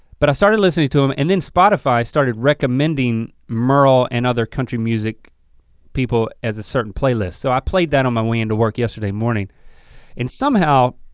but i started listening to him and then spotify started recommending merle and other country music people as a certain playlist so i played that on my way into work yesterday morning and somehow,